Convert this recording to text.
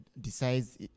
decides